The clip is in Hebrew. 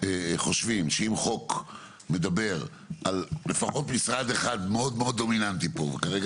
חושבים שאם חוק מדבר על לפחות משרד אחד מאוד מאוד דומיננטי פה כרגע